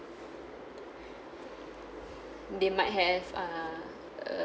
they might have err uh